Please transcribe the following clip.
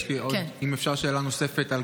האם אפשר שאלה נוספת?